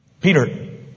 Peter